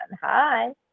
Hi